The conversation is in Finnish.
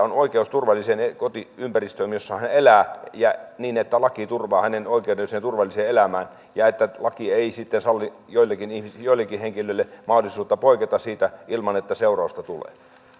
on oikeus turvalliseen kotiympäristöön jossa hän hän elää ja niin että laki turvaa hänelle oikeuden turvalliseen elämään ja että laki ei sitten salli joillekin henkilöille mahdollisuutta poiketa siitä ilman että seurausta tulee